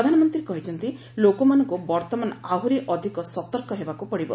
ପ୍ରଧାନମନ୍ତ୍ରୀ କହିଛନ୍ତି ଲୋକମାନଙ୍କୁ ବର୍ତ୍ତମାନ ଆହୁରି ଅଧିକ ସତର୍କ ହେବାକୁ ପଡ଼ିବ